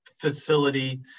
facility